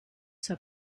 zur